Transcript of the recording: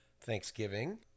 Thanksgiving